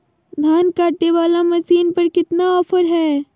धान कटे बाला मसीन पर कितना ऑफर हाय?